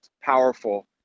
powerful